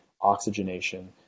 oxygenation